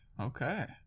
Okay